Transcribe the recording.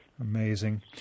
Amazing